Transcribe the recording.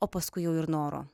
o paskui jau ir noro